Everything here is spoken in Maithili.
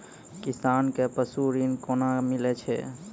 किसान कऽ पसु ऋण कोना मिलै छै?